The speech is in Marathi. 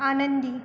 आनंदी